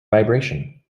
vibration